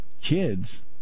kids